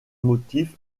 motif